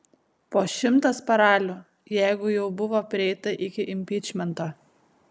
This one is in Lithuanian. po šimtas paralių jeigu jau buvo prieita iki impičmento